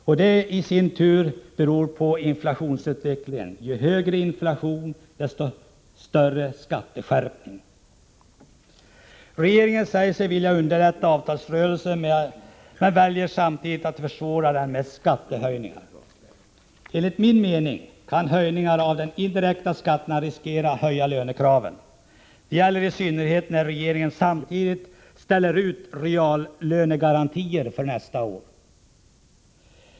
Och det i sin tur beror på inflationsutvecklingen — ju högre inflation, desto större skatteskärpning. Regeringen säger sig vilja underlätta avtalsrörelsen men väljer samtidigt att försvåra den med skattehöjningar. Enligt min mening kan höjningar av de indirekta skatterna riskera att höja lönekraven. Detta gäller i synnerhet när regeringen samtidigt ställer ut reallönegarantier för nästa år.